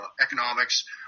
economics